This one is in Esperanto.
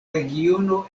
regiono